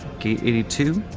gate eighty two.